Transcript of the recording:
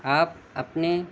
آپ اپنے